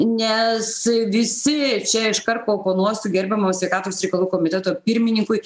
nes visi čia iš kart paoponuosiu gerbiamam sveikatos reikalų komiteto pirmininkui